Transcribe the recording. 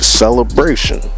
celebration